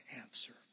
answer